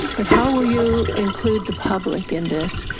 but how will you include the public in this?